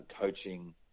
coaching